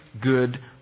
good